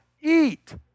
eat